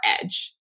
edge